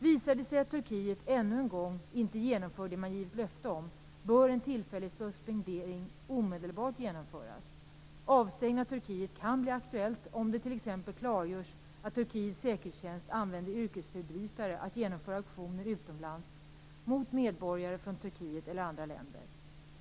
Visar det sig att Turkiet ännu en gång inte genomför det man givit löfte om bör en tillfällig suspendering omedelbart genomföras. Avstängning av Turkiet kan bli aktuell om det t.ex. klargörs att Turkiets säkerhetstjänst använder yrkesförbrytare för att genomföra aktioner utomlands mot medborgare från Turkiet eller andra länder.